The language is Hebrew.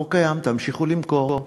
החוק קיים, תמשיכו למכור.